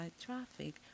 traffic